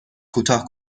کوتاه